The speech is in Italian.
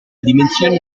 dimensione